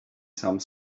some